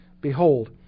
Behold